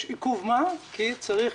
יש עיכוב מה כי זה צריך